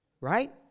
right